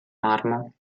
marmo